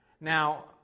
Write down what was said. Now